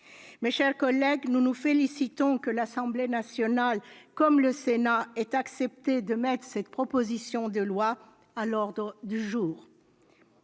Mes chers collègues, nous nous félicitons que l'Assemblée nationale et le Sénat aient accepté d'inscrire cette proposition de loi à l'ordre du jour.